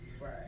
Right